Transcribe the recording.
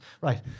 Right